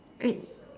great